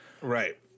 right